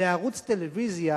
לערוץ טלוויזיה,